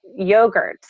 yogurts